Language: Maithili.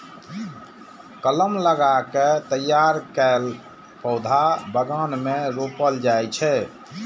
कलम लगा कें तैयार कैल पौधा बगान मे रोपल जाइ छै